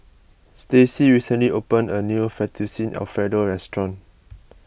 Stacy recently opened a new Fettuccine Alfredo restaurant